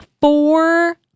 four